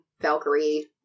Valkyrie